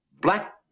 Black